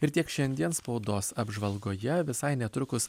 ir tiek šiandien spaudos apžvalgoje visai netrukus